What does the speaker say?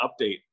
update